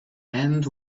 and